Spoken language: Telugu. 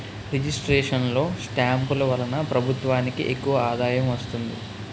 రిజిస్ట్రేషన్ లో స్టాంపులు వలన ప్రభుత్వానికి ఎక్కువ ఆదాయం వస్తుంది